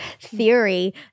theory